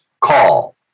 call